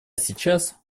сейчас